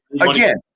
again